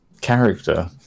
character